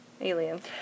Aliens